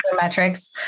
metrics